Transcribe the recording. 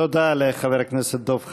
תודה לחבר הכנסת דב חנין.